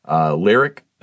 Lyric